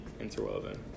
interwoven